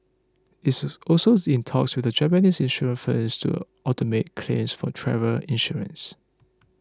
it is also in talks with a Japanese insurance firm to automate claims for travel insurance